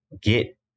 get